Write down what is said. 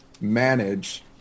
manage